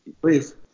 Please